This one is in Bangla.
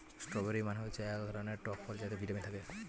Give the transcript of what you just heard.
স্ট্রবেরি মানে হচ্ছে এক ধরনের টক ফল যাতে ভিটামিন থাকে